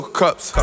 cups